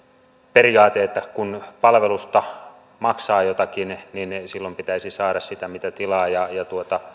periaate että kun palvelusta maksaa jotakin niin silloin pitäisi saada sitä mitä tilaa ja ja